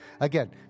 Again